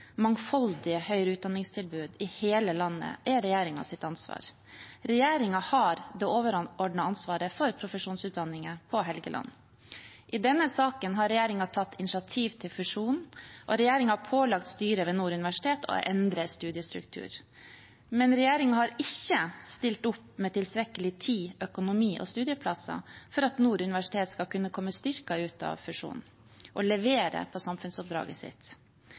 høyere utdanningstilbud i hele landet er regjeringens ansvar. Regjeringen har det overordnede ansvaret for profesjonsutdanningene på Helgeland. I denne saken har regjeringen tatt initiativ til fusjonen, og regjeringen har pålagt styret ved Nord universitet å endre studiestrukturen. Men regjeringen har ikke stilt opp med tilstrekkelig tid, økonomi og studieplasser til at Nord universitet skal kunne komme styrket ut av fusjonen og levere på samfunnsoppdraget sitt.